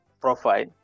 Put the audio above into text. profile